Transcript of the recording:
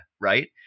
right